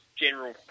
general